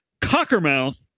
Cockermouth